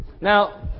Now